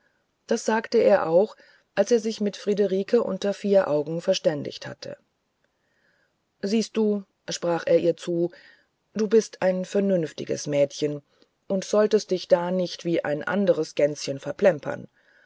das sagte er auch als er sich mit friederike unter vier augen verständigt hatte siehst du sprach er zu ihr du bist ein vernünftiges mädchen und solltest dich da nicht wie ein anderes gänschen verplempern